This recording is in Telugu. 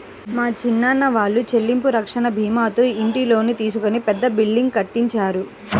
మా చిన్నాన్న వాళ్ళు చెల్లింపు రక్షణ భీమాతో ఇంటి లోను తీసుకొని పెద్ద బిల్డింగ్ కట్టించారు